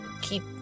keep